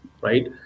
right